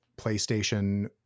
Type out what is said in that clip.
PlayStation